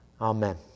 Amen